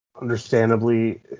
understandably